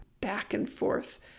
back-and-forth